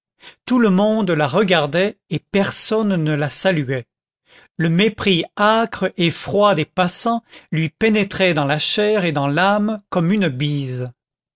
tout le monde la regardait et personne ne la saluait le mépris âcre et froid des passants lui pénétrait dans la chair et dans l'âme comme une bise